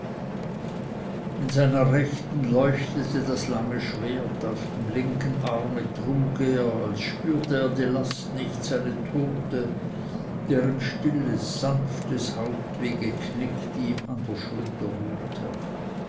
in seiner rechten leuchtete das lange schwert auf dem linken arme trug er als spürte er die last nicht seine tote deren stilles sanftes haupt wie geknickt ihm an der schulter ruhte